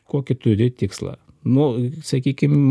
kokį turi tikslą nu sakykim